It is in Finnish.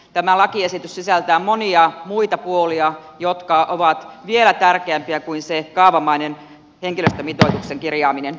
tämä lakiesitys sisältää monia muita puolia jotka ovat vielä tärkeämpiä kuin se kaavamainen henkilöstömitoituksen kirjaaminen